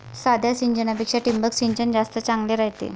साध्या सिंचनापेक्षा ठिबक सिंचन जास्त चांगले रायते